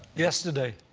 yesterday.